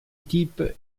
type